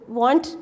want